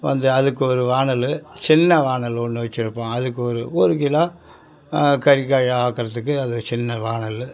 கொஞ்சம் அதுக்கொரு வாணலி சின்ன வாணலி ஒன்று வச்சுருப்போம் அதுக்கு ஒரு ஒரு கிலோ கறிகாய் ஆக்குறத்துக்கு அது சின்ன வாணலி